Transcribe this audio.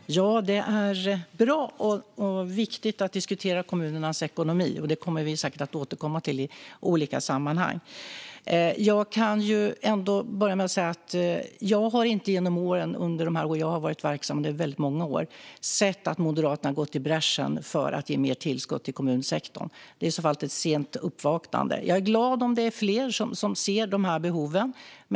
Fru talman! Det är bra och viktigt att diskutera kommunernas ekonomi, och det kommer vi säkert att återkomma till i olika sammanhang. Jag kan börja med att säga att jag inte under de år som jag har varit verksam, och det är väldigt många år, har sett att Moderaterna gått i bräschen för att ge mer tillskott till kommunsektorn. Det är i så fall ett sent uppvaknande om de gör det nu. Jag är glad om det är fler som ser de här behoven.